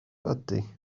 ydy